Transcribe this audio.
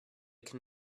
can